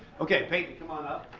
okay, peyton come on up.